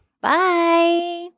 Bye